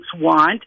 want